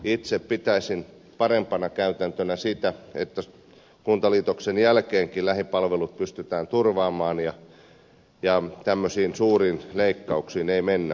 itse pitäisin parempana käytäntönä sitä että kuntaliitoksen jälkeenkin lähipalvelut pystytään turvaamaan ja tämmöisiin suuriin leikkauksiin ei mennä